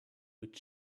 with